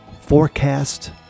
Forecast